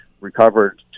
recovered